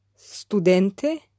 Studente